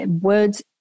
words